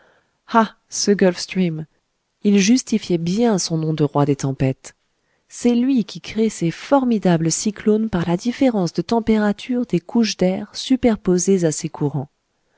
ah ce gulf stream il justifiait bien son nom de roi des tempêtes c'est lui qui crée ces formidables cyclones par la différence de température des couches d'air superposées a ses courants